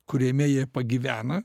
kuriame jie pagyvena